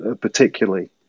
particularly